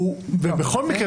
ובכל מקרה,